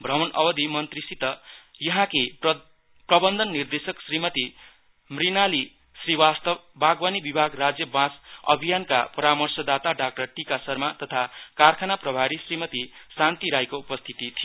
भ्रमण अवधि मन्त्रीसित यहाँकी प्रबन्धन निर्देशक श्रीमती मुनालीना श्रीवास्तव बागवानी विभाग राज्य बाँस अभियानका परामर्शदाता डा टिका शर्मा तथा कारखाना प्रभारी श्रीमती शान्ती राईको उपस्थिति थियो